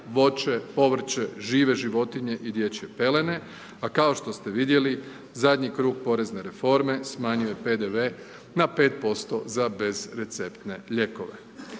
voće povrće, žive životinje i dječje pelene a kao što ste vidjeli zadnji krug porezne reforme smanjuje PDV na 5% za bezreceptne lijekove.